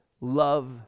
love